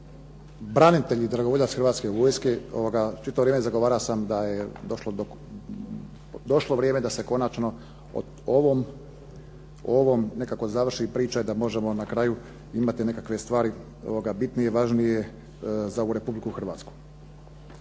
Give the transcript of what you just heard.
branitelj i dragovoljac Hrvatske vojske čitavo vrijeme zagovarao sam da je došlo vrijeme da se konačno o ovome nekako završi priča i da možemo na kraju imati nekakve stvari bitnije i važnije za ovu Republiku Hrvatsku.